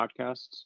podcasts